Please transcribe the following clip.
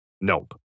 Nope